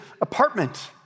apartment